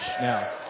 now